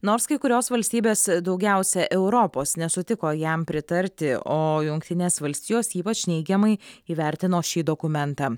nors kai kurios valstybės daugiausia europos nesutiko jam pritarti o jungtinės valstijos ypač neigiamai įvertino šį dokumentą